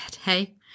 hey